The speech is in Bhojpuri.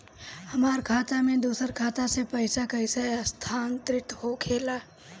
हमार खाता में दूसर खाता से पइसा कइसे स्थानांतरित होखे ला?